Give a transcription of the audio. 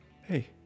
hey